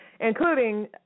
including